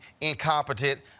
incompetent